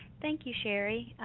thank you sherri.